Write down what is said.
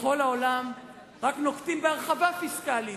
בכל העולם רק נוקטים הרחבה פיסקלית.